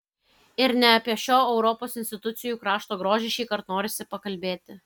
ir ne apie šio europos institucijų krašto grožį šįkart norisi pakalbėti